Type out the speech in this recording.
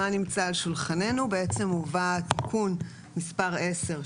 בעצם הובא תיקון מספר עשר,